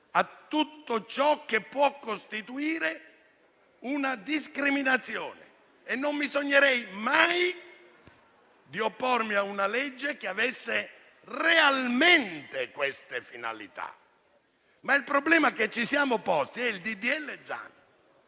a tutto ciò che può costituire una discriminazione e non mi sognerei mai di oppormi a una legge che avesse realmente queste finalità. Ma il problema che ci siamo posti è il seguente: